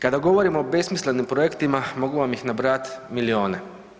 Kada govorim o besmislenim projektima mogu vam ih nabrojati milijune.